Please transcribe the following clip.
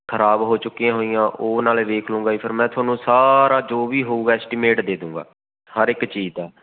ਖਰਾਬ ਹੋ ਚੁੱਕੀਆਂ ਹੋਈਆਂ ਉਹ ਨਾਲੇ ਵੇਖ ਲੂੰਗਾ ਜੀ ਫਿਰ ਮੈਂ ਤੁਹਾਨੂੰ ਸਾਰਾ ਜੋ ਵੀ ਹੋਵੇਗਾ ਐਸਟੀਮੇਟ ਦੇ ਦੂੰਗਾ ਹਰ ਇੱਕ ਚੀਜ਼ ਦਾ